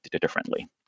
differently